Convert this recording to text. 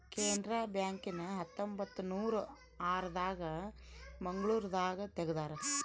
Canara bank ನ ಹತ್ತೊಂಬತ್ತನೂರ ಆರ ದಾಗ ಮಂಗಳೂರು ದಾಗ ತೆಗ್ದಾರ